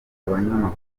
abanyamakuru